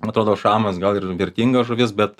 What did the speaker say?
atrodo šamas gal ir vertinga žuvis bet